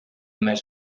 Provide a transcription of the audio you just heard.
més